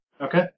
Okay